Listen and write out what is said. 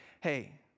hey